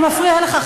הוא מפריע לך,